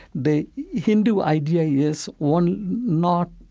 the hindu idea is one not